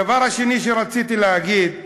הדבר השני שרציתי להגיד,